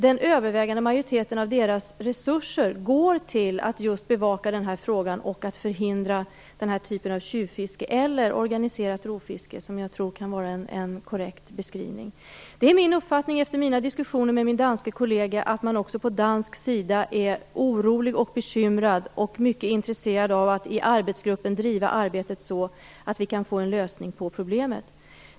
Den övervägande majoriteten av dess resurser går just till att bevaka den här frågan och att förhindra den här typen av tjuvfiske - eller organiserat rovfiske, som jag tror kan vara en korrekt beskrivning. Det är min uppfattning, efter mina diskussioner med min danske kollega, att man också från dansk sida är orolig och bekymrad och mycket intresserad av att i arbetsgruppen driva arbetet så att vi kan få en lösning på problemet.